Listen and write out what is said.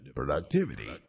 productivity